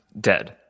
Dead